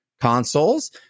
consoles